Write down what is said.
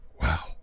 Wow